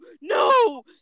no